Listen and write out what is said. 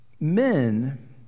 Men